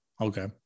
Okay